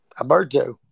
Alberto